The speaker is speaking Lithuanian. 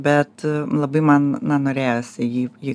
bet labai man na norėjosi jį jį